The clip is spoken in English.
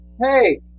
hey